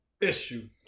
issue